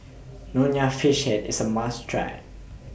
Nonya Fish Head IS A must Try